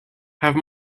have